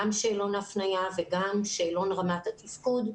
גם שאלון הפניה וגם שאלון רמת התפקוד.